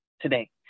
today